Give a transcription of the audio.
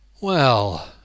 Well